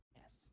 Yes